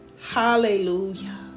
Hallelujah